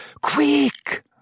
quick